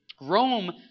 Rome